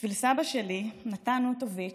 בשביל סבא שלי, נתן אוטוביץ',